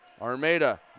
Armada